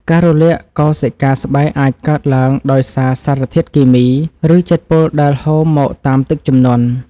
ការរលាកកោសិកាស្បែកអាចកើតឡើងដោយសារសារធាតុគីមី ឬជាតិពុលដែលហូរមកតាមទឹកជំនន់។